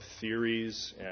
theories